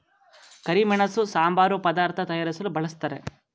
ಕರಿಮೆಣಸು ಸಾಂಬಾರು ಪದಾರ್ಥ ತಯಾರಿಸಲು ಬಳ್ಸತ್ತರೆ